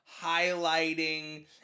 highlighting